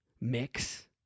mix